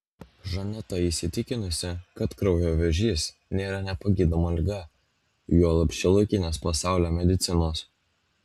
žaneta įsitikinusi kad kraujo vėžys nėra nepagydoma liga juolab šiuolaikinės pasaulio medicinos